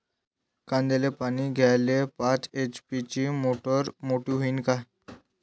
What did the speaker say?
कांद्याले पानी द्याले पाच एच.पी ची मोटार मोटी व्हईन का?